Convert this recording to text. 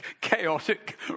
chaotic